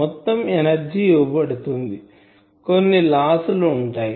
మొత్తం ఎనర్జీ ఇవ్వబడుతుంది కొన్ని లాస్ లు ఉంటాయి